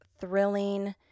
thrilling